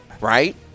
Right